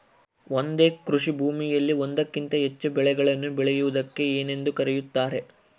ಒಂದೇ ಕೃಷಿಭೂಮಿಯಲ್ಲಿ ಒಂದಕ್ಕಿಂತ ಹೆಚ್ಚು ಬೆಳೆಗಳನ್ನು ಬೆಳೆಯುವುದಕ್ಕೆ ಏನೆಂದು ಕರೆಯುತ್ತಾರೆ?